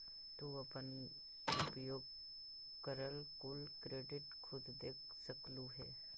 तू अपन उपयोग करल कुल क्रेडिट खुद देख सकलू हे